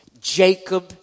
Jacob